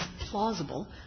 plausible